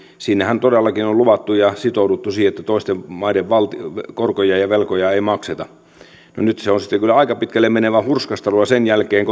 siinähän todellakin on luvattu ja sitouduttu siihen että toisten maiden korkoja ja velkoja ei makseta no nyt se on sitten kyllä aika pitkälle menevää hurskastelua sen jälkeen